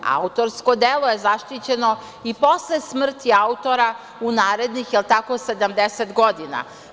Autorsko delo je zaštićeno i posle smrti autora u narednih, je li tako, 70 godina.